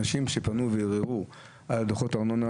אנשים שפנו וערערו על דוחות הקורונה,